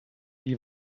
die